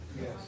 Yes